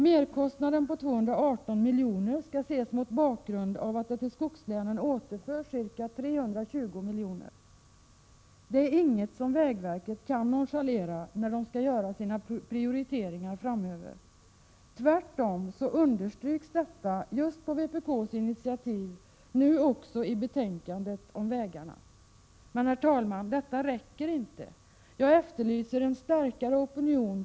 Merkostnaden på 218 milj.kr. skall ses mot bakgrund av att det till skogslänen återförs ca 320 miljoner. Detta är inget som vägverket kan nonchalera när det skall göra sina prioriteringar framöver. Tvärtom understryks detta också, på just vpk:s initiativ, i betänkandet om vägarna. Men, herr talman, detta räcker inte. Jag efterlyser en starkare opinion för en Prot.